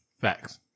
Facts